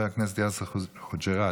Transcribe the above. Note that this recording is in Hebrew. חבר הכנסת יאסר חוג'יראת,